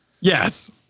Yes